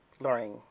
Learning